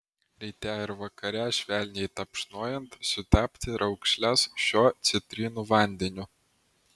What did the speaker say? ryte ir vakare švelniai tapšnojant sutepti raukšles šiuo citrinų vandeniu